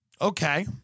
Okay